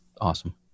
awesome